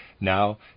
now